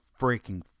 freaking